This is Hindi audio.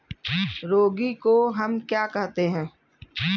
रागी को हम क्या कहते हैं?